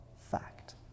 fact